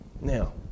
Now